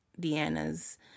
Deanna's